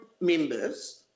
members